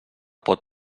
pot